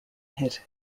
hit